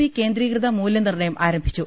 C കേന്ദ്രീകൃത മൂല്യനിർണയം ആരംഭിച്ചു